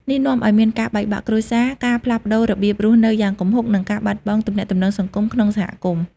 នេះនាំឱ្យមានការបែកបាក់គ្រួសារ ការផ្លាស់ប្តូររបៀបរស់នៅយ៉ាងគំហុក និងការបាត់បង់ទំនាក់ទំនងសង្គមក្នុងសហគមន៍។